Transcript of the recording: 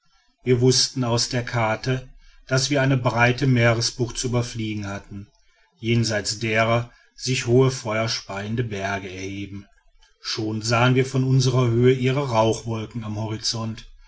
wir wußten aus der karte daß wir eine breite meeresbucht zu überfliegen hatten jenseits deren sich hohe feuerspeiende berge erheben schon sahen wir von unsrer höhe ihre rauchwolken am horizont